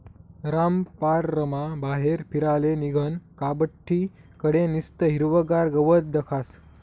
रामपाररमा बाहेर फिराले निंघनं का बठ्ठी कडे निस्तं हिरवंगार गवत दखास